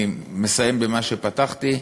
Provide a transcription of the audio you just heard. אני מסיים במה שפתחתי,